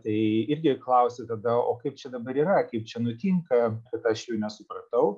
tai irgi klausi tada o kaip čia dabar yra kaip čia nutinka kad aš jų nesupratau